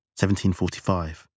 1745